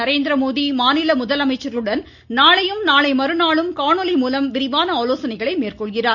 நரேந்திரமோடி மாநில முதலமைச்சர்களுடன் நாளையும் நாளை மறுநாளும் காணொலி மூலம் விரிவான ஆலோசனைகளை மேற்கொள்கிறார்